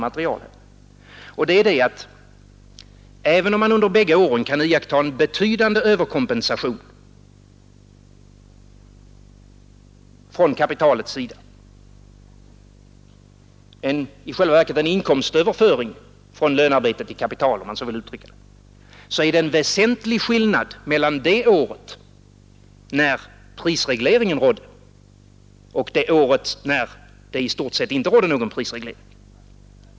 Det är nämligen det förhållandet att, även om man bägge åren kan iaktta en betydande överkompensation för kapitalet — i själva verket en inkomstöverföring från lönearbetet till kapitalet, om man så vill uttrycka det — så är det en väldig skillnad mellan det år då prisregleringen rådde och det år då det i stort sett inte fanns någon prisreglering.